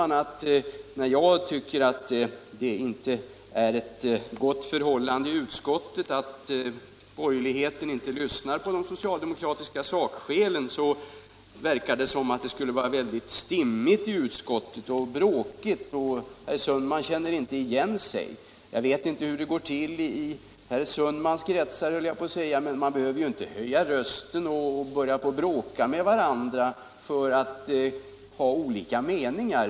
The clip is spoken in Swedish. När jag tycker att det inte råder ett gott förhållande i utskottet och att borgerligheten inte lyssnar på de socialdemokratiska sakskälen, säger herr Sundman att det verkar som om det skulle vara väldigt dimmigt och bråkigt i utskottet, och han känner inte igen sig. Jag vet inte hur det går till i herr Sundmans kretsar, men vi behöver ju inte höja rösten och börja bråka med varandra för att vi har olika meningar.